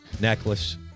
necklace